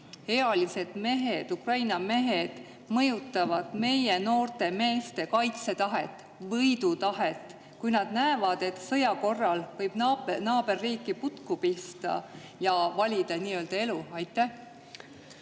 mehed, Ukraina mehed mõjutavad meie noorte meeste kaitsetahet, võidutahet, kui nad näevad, et sõja korral võib naaberriiki putku pista ja valida nii-öelda elu? Kui